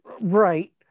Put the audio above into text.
right